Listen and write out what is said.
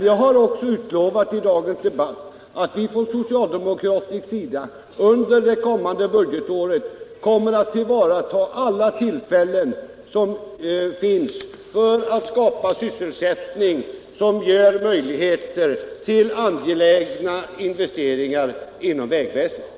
Jag har i dagens debatt utlovat att vi från socialdemokratiskt håll under det kommande budgetåret skall tillvarata alla tillfällen att skapa sysselsättning, som ger möjligheter till angelägna investeringar inom vägväsendet.